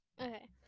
Okay